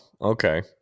okay